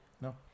No